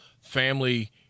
family